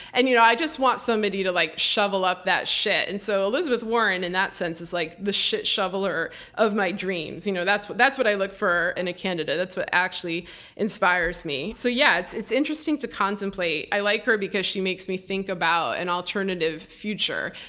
and you know i just want somebody to like shovel up that shit. and so elizabeth warren in that sense is like the shit shovel or of my dreams. you know that's what that's what i look for in a candidate, that's what actually inspires me. so yes, it's interesting to contemplate. i like her because she makes me think about an alternative future.